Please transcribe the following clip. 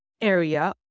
area